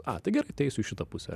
a tai gerai tai eisiu į šitą pusę